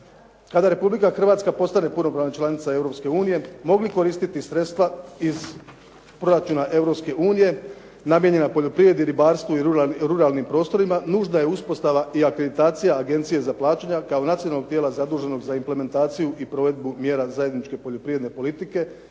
kada Republika Hrvatska postane punopravna članica Europske unije mogli koristiti sredstva iz proračuna Europske unije namijenjena poljoprivredi, ribarstvu i ruralnim prostorima nužna je uspostava i akreditacija agencije za plaćanja kao nacionalnog tijela zaduženog za implementaciju i provedbu mjera zajedničke poljoprivredne politike